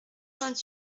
vingt